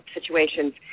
situations